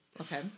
Okay